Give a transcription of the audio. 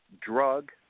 drug